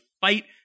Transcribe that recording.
fight